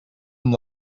amb